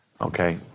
Okay